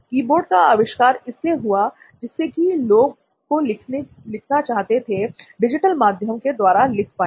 keyboard का आविष्कार इसलिए हुआ जिससे कि लोग जो लिखना चाहते हैं डिजिटल माध्यम के द्वारा लिख पाए